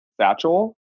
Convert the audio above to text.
satchel